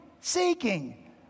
seeking